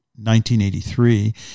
1983